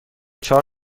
چهار